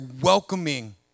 welcoming